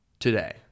Today